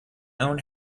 own